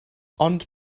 ond